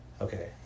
Okay